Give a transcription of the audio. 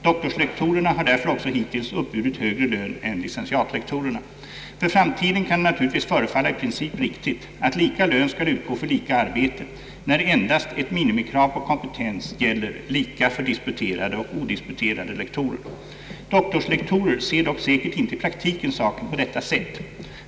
Doktorslektorerna har därför också hittills uppburit högre lön än licentiatlektorerna. För framtiden kan det naturligtvis förefalla i princip riktigt att lika lön skall utgå för lika arbete, när endast ett minimikrav på kompetens gäller lika för disputerade och odisputerade lektorer. Doktorslektorer ser dock säkert inte i praktiken saken på detta sätt.